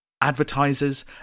advertisers